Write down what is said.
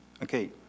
Okay